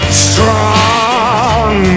strong